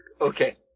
Okay